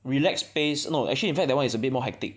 relaxed pace no actually in fact that one is a bit more hectic